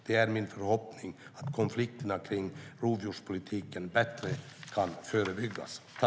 Det är min förhoppning att konflikterna kring rovdjurspolitiken bättre kan förebyggas.